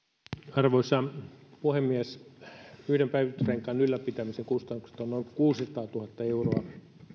arvoisa puhemies yhden päivystysrenkaan ylläpitämisen kustannukset ovat noin kuusisataatuhatta euroa